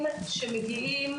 מתנדבים שמגיעים,